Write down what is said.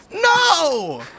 No